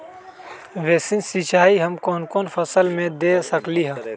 Basin सिंचाई हम कौन कौन फसल में दे सकली हां?